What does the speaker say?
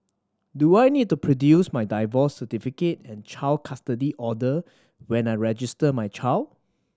do I need to produce my divorce certificate and child custody order when I register my child